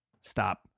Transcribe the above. Stop